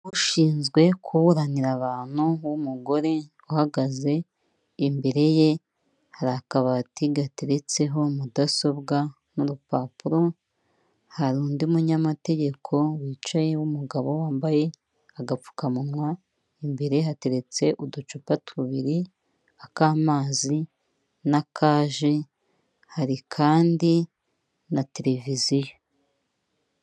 Ushinzwe kuburanira abantu w'umugore uhagaze, imbere ye hari akabati gateretseho mudasobwa n'urupapuro. Hari undi munyamategeko wicaye w'umugabo wambaye agapfukamunwa; imbere ye hateretse uducupa tubiri: ak'amazi n'aka ji. Hari kandi na televiziyo.